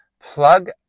Plug